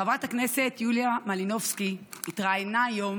חברת הכנסת יוליה מלינובסקי התראיינה היום